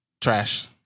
Trash